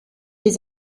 les